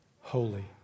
holy